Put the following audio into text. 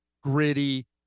gritty